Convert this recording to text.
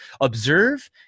Observe